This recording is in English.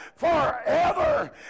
Forever